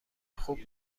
خوب